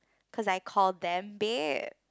cause I call them bear